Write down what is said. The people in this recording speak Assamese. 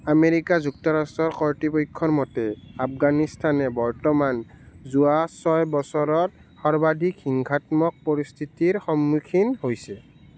আমেৰিকা যুক্তৰাষ্ট্ৰৰ কৰ্তৃপক্ষৰ মতে আফগানিস্তানে বৰ্তমান যোৱা ছয় বছৰত সৰ্বাধিক হিংসাত্মক পৰিস্থিতিৰ সন্মুখীন হৈছে